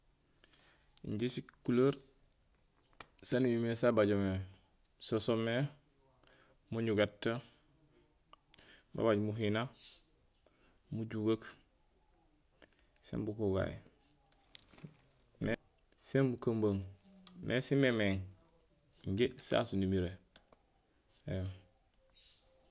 Injé si culeer san imimé sa bajo mé so soomé muñugéét babaj muhina mujugeek sén bukugaay mé sen bukumbeek mé si minméég. Injé sasu nimiré éém